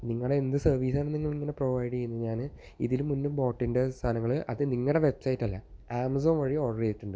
നിങ്ങളുടെ എന്ത് സർവീസാണ് നിങ്ങളിങ്ങനെ പ്രൊവൈഡ് ചെയ്യുന്നതാണ് ഇതില് മുന്നേ ബോട്ടിന്റെ സാധങ്ങൾ അത് നിങ്ങളുടെ വെബ്സൈറ്റ് അല്ല ആമസോൺ വഴി ഓർഡർ ചെയ്തിട്ടുണ്ട്